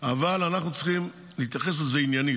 אבל אנחנו צריכים להתייחס לזה עניינית.